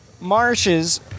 Marshes